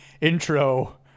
intro